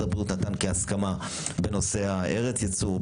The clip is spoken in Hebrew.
הבריאות נתן כהסכמה בנושא ארץ ייצור,